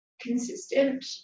consistent